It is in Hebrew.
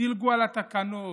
דילגו על התקנות,